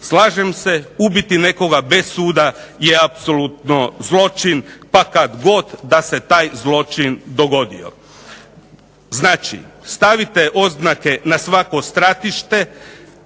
Slažem se, ubiti nekoga bez suda je apsolutno zločin pa kad god da se taj zločin dogodio. Znači, stavite oznake na svako stratište